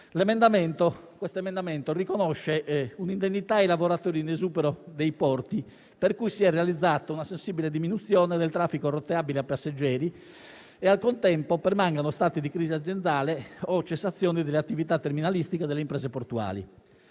discorso riconosce un'indennità ai lavoratori in esubero dei porti per cui si è realizzata una sensibile diminuzione del traffico rotabile e passeggeri e al contempo permangono stati di crisi aziendale o cessazioni delle attività terminalistiche delle imprese portuali.